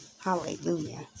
Hallelujah